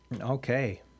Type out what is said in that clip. Okay